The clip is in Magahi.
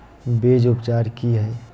बीज उपचार कि हैय?